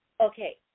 Okay